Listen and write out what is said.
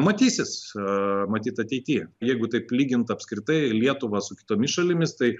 matysis matyt ateity jeigu taip lygint apskritai lietuva su kitomis šalimis tai